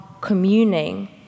communing